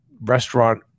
restaurant